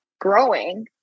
growing